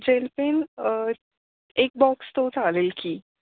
gel pen एक box तो चालेल की